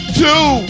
two